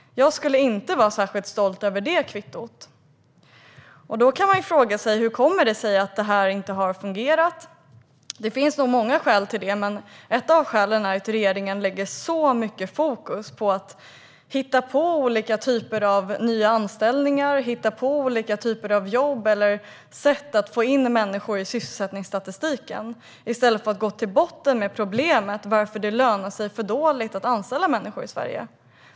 Jag skulle inte vara särskilt stolt över det kvittot. Då kan man fråga sig: Hur kommer det sig att detta inte har fungerat? Det finns nog många skäl till det. Men ett av skälen är att regeringen har så mycket fokus på att hitta på olika typer av nya anställningar, olika typer av jobb eller sätt att få in människor i sysselsättningsstatistiken i stället för att gå till botten med problemet: Varför lönar det sig för dåligt att anställa människor i Sverige?